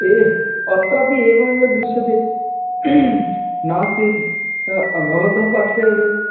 ये अत्रापि एवमेव दृश्यते नास्ति भवतः पार्श्वे अपि